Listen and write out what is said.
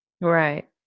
Right